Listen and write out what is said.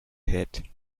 head